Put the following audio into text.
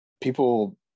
people